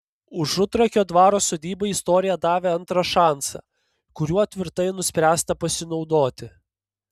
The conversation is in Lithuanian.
užutrakio dvaro sodybai istorija davė antrą šansą kuriuo tvirtai nuspręsta pasinaudoti